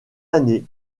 année